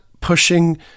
pushing